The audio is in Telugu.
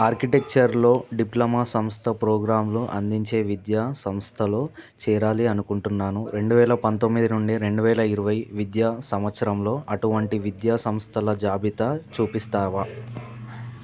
ఆర్కిటెక్చర్లో డిప్లమా సంస్థ ప్రోగ్రాంలు అందించే విద్యా సంస్థలో చేరాలి అనుకుంటున్నాను రెండు వేల పంతొమ్మిది నుండి రెండు వేల ఇరవై విద్యా సంవత్సరంలో అటువంటి విద్యా సంస్థల జాబితా చూపిస్తావా